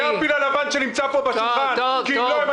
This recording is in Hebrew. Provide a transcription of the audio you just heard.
זה "הפיל הלבן" שנמצא פה בשולחן,